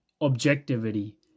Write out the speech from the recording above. objectivity